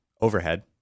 overhead